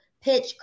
pitch